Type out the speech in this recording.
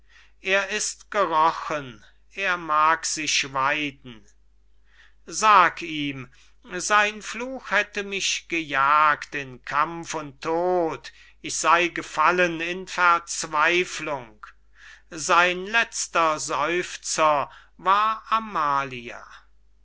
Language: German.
er ist gerochen er mag sich weiden sag ihm sein fluch hätte mich gejagt in kampf und tod ich sey gefallen in verzweiflung sein letzter seufzer war amalia